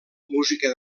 música